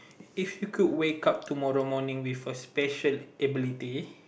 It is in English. if you could wake up tomorrow morning with a special ability